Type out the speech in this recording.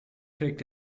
trägt